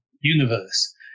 universe